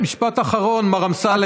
משפט אחרון, מר אמסלם.